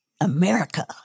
America